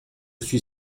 suis